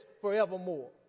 forevermore